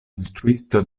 instruisto